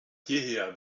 jeher